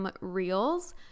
reels